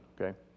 okay